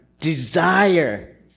Desire